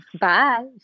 Bye